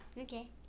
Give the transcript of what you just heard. Okay